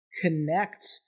connect